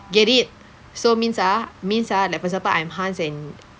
get it so means ah means ah like for example I'm Hans and